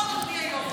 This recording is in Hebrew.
נכון, אדוני היו"ר?